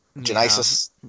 genesis